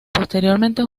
posteriormente